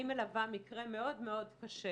אני מלווה מקרה מאוד מאוד קשה